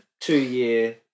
two-year